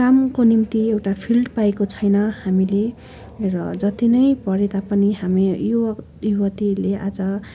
कामको निम्ति एउटा फिल्ड पाएको छैन हामीले र जति नै पढे तापनि हामी युवकयुवतीहरूले आज